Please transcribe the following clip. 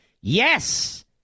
Yes